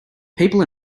people